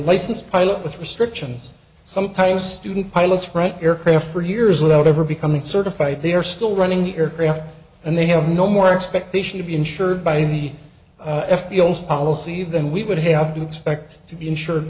license pilot with restrictions sometimes student pilots write aircraft for years without ever becoming certified they are still running the aircraft and they have no more expectation to be insured by the f b o as policy than we would have to expect to be insured